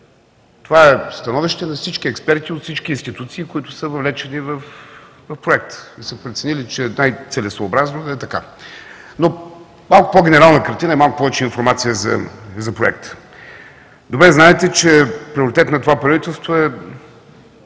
Това е становище на експертите от всички институции, които са въвлечени в Проекта, и са преценили, че е най-целесъобразно да е така. Но малко по генерална картина и малко повече информация за Проекта. Добре знаете, че приоритет на това правителство е